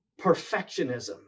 perfectionism